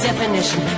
Definition